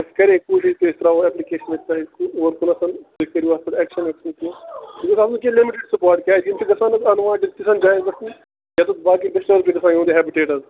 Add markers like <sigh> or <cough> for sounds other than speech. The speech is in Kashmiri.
اَسہِ کرے کوٗشِش کہِ أسۍ تراوو ایٚپلِکیشن <unintelligible> تُہۍ کٔرِو اَتھ پٮ۪ٹھ اٮ۪کشَن <unintelligible> یہِ گوٚژھ آسُن کینٛہہ لِمِٹڈ سپاٹ کیازکہِ یِم چھِ گَژھان حظ اَنوانٹِد تِژھن جاین <unintelligible> ڈِسٹرب چھُ گَژھان باقی یِہُنٛد ہیبِٹیٹ حظ